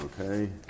Okay